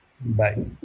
Bye